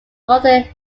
northern